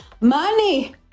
money